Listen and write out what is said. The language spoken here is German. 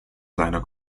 seiner